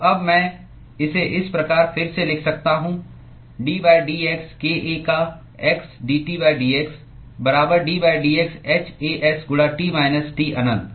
तो अब मैं इसे इस प्रकार फिर से लिख सकता हूं d dx k A का x dT dx बराबर d dx h A s गुणा T माइनस T अनंत